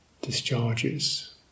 discharges